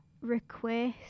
request